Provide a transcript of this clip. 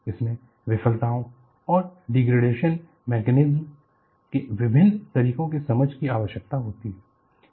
इसमें विफलताओं और डिग्रेडेशन मैकेनिज़्म के विभिन्न तरीकों की समझ की आवश्यकता होती है